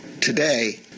Today